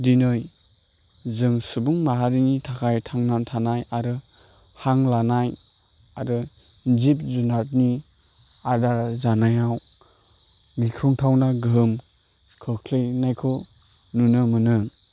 दिनै जों सुबुं माहारिनि थाखाय थांनानै थानाय आरो हां लानाय आरो जिब जुनादनि आदार जानायाव गिख्रंथावना गोहोम खोख्लैनायखौ नुनो मोनो